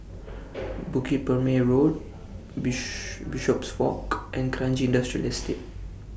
Bukit Purmei Road Bishopswalk and Kranji Industrial Estate